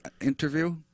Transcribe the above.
Interview